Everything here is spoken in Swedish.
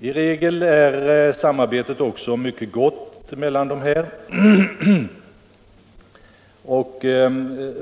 I regel är samarbetet också mycket gott.